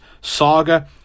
saga